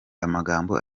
amagambo